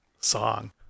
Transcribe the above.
song